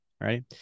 right